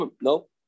No